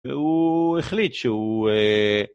הוא החליט שהוא...